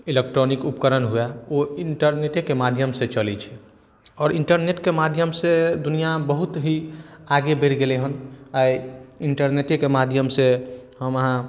electronic उपकरण हुअए ओ इन्टरनेटेके माध्यमसँ चलै छै आओर इन्टरनेटके माध्यमसँ दुनिआ बहुत ही आगे बढ़ि गेलै हेँ आइ इन्टरनेटेके माध्यमसँ हम अहाँ